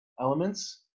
elements